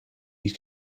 you